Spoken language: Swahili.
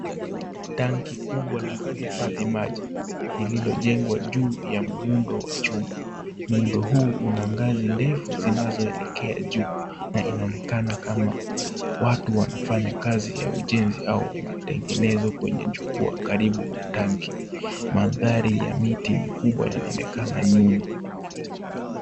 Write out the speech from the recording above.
Tanki kubwa la kuhifadhi maji lililojengwa juu ya muundo wa chuma. Muundo huu una ngazi ndefu zinazoelekea juu na inaonekana watu wanafanya kazi ya ujenzi au matengenezo kwenye jukwaa karibu natanki. Mandhari ya miti mikubwa yanaonekana nyuma.